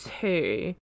two